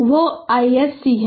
तो वह iSC है